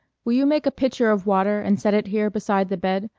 will you make a pitcher of water, and set it here beside the bed?